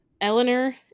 eleanor